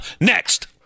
next